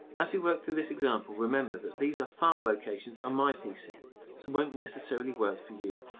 as you work through this example, remember that these are file locations on my pc so won't necessarily work for you.